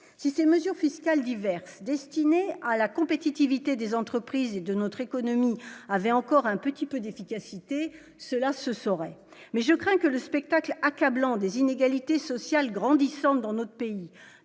si ces mesures fiscales diverses destinées à la compétitivité des entreprises et de notre économie avait encore un petit peu d'efficacité, cela se saurait, mais je crains que le spectacle accablant des inégalités sociales grandissantes dans notre pays